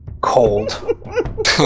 cold